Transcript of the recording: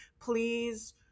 please